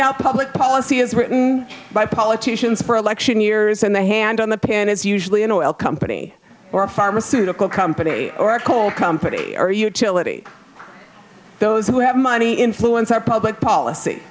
now public policy is written by politicians for election years and the hand on the pan is usually an oil company or a pharmaceutical company or a coal company or a utility those who have money influence our public policy